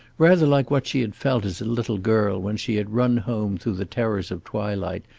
rather like what she had felt as a little girl when she had run home through the terrors of twilight,